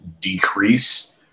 decrease